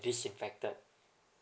disinfected